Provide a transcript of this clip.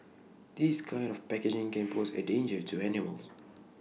this kind of packaging can pose A danger to animals